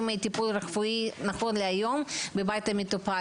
טיפול רפואי נכון להיום בבית המטופל.